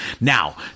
Now